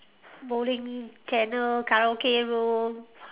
bowling channel karaoke room